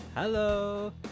Hello